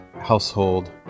household